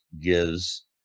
gives